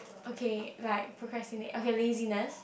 okay like procrastinate okay laziness